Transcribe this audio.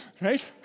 Right